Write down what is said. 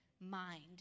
mind